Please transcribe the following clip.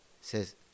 Says